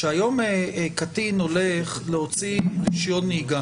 כשהיום קטין הולך להוציא רישיון נהיגה